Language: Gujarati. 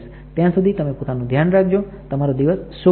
ત્યાં સુધી તમે પોતાનું ધ્યાન રાખજો તમારો દિવસ શુભ રહે